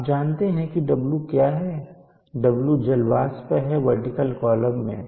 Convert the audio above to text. आप जानते हैं कि w क्या है w जल वाष्प है वर्टिकल कॉलम में